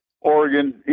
Oregon